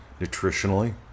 nutritionally